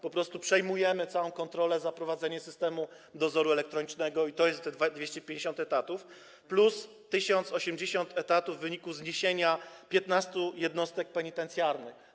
Po prostu przejmujemy całą kontrolę nad prowadzeniem systemu dozoru elektronicznego - i to jest te 250 etatów plus 1080 etatów w wyniku zniesienia 15 jednostek penitencjarnych.